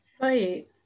Right